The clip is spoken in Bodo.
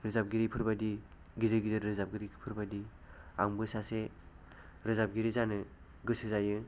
रोजाबगिरिफोर बायदि गिदिर गिदिर रोजाबगिरिफोर बायदि आंबो सासे रोजाबगिरि जानो गोसो जायो